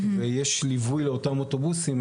ויש ליווי לאותם אוטובוסים,